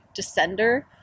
descender